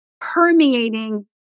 permeating